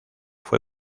fue